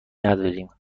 نداریم